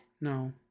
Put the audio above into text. No